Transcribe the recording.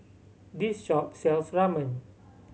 this shop sells Ramen